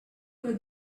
were